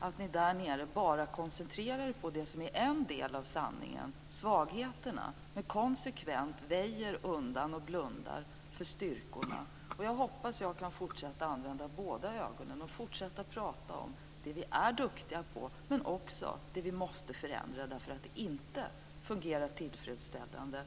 är att ni där nere bara koncentrerar er på en del av sanningen, svagheterna, men konsekvent väjer undan och blundar för styrkorna. Jag hoppas att jag kan fortsätta använda båda ögonen och fortsätta prata om det vi är duktiga på men också det vi måste förändra därför att det inte fungerar tillfredsställande.